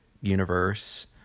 universe